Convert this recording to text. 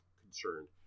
concerned